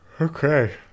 okay